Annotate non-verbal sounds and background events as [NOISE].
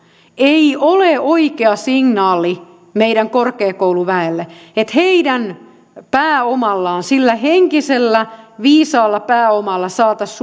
ei ole oikea signaali meidän korkeakouluväelle että kun heidän pääomallaan sillä henkisellä viisaalla pääomalla saataisiin [UNINTELLIGIBLE]